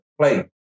play